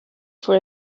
for